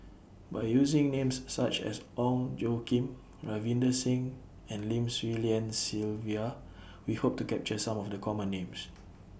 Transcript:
By using Names such as Ong Tjoe Kim Ravinder Singh and Lim Swee Lian Sylvia We Hope to capture Some of The Common Names